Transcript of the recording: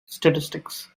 statistics